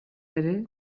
ere